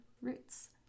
roots